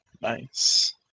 Nice